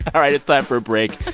all right. it's time for a break.